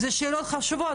אלה שאלות חשובות,